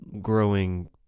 growing